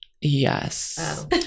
Yes